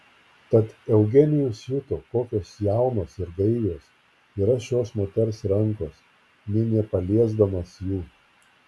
tad eugenijus juto kokios jaunos ir gaivios yra šios moters rankos nė nepaliesdamas jų